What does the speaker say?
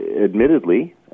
admittedly